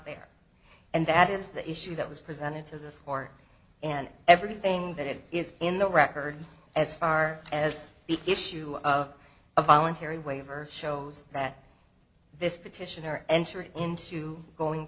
there and that is the issue that was presented to the sport and everything that it is in the record as far as the issue of a voluntary waiver shows that this petitioner entered into going